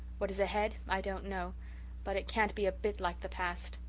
what is ahead i don't know but it can't be a bit like the past.